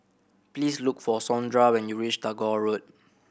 please look for Saundra when you reach Tagore Road